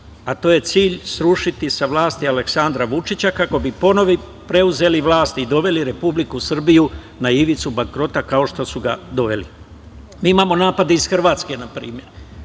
a to je cilj srušiti sa vlasti Aleksandra Vučića kako bi ponovo preuzeli vlast i doveli Republiku Srbiju na ivicu bankrota kao što su ga doveli. Mi imamo napade iz Hrvatske na primer,